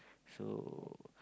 so